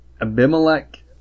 Abimelech